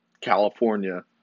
California